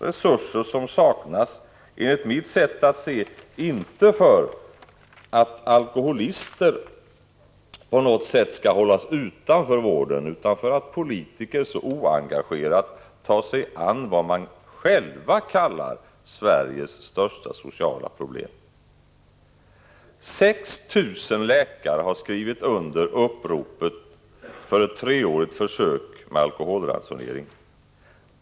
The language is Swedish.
Det är enligt mitt sätt att se resurser som saknas inte därför att alkoholister på något sätt skall hållas utanför vården utan därför att politiker så oengagerat tar sig an vad de själva kallar Sveriges största sociala problem. 6 000 läkare har skrivit under uppropet om ett treårigt försök med alkoholransonering.